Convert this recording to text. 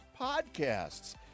podcasts